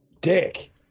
dick